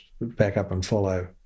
back-up-and-follow